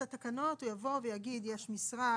את התקנות הוא יבוא ויגיד יש משרד,